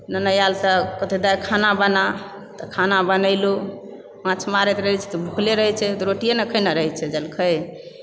लेने आएल तऽ कहतै दाय खाना बना तऽ खाना बनेलुँ माछ मारैत रहै छै तऽ भुखले रहैत छै तऽ रोटिए न खेने रहय छै जलखै